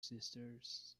sisters